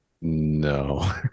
No